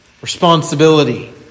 responsibility